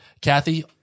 Kathy